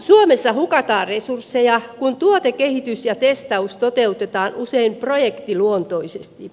suomessa hukataan resursseja kun tuotekehitys ja testaus toteutetaan usein projektiluontoisesti